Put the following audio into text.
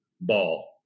ball